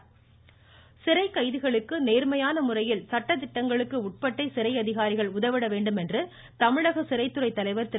வேலூர் சிறைக் கைதிகளுக்கு நேர்மையான முறையில் சட்டதிட்டங்களுக்கு உட்பட்டே சிறை அதிகாரிகள் உதவிட வேண்டும் என்று தமிழக சிறைத்துறை தலைவா் திரு